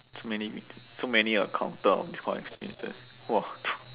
so many so many encounter of this kind of experiences !wah!